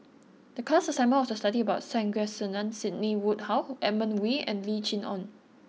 the class assignment was to study about Sandrasegaran Sidney Woodhull Edmund Wee and Lim Chee Onn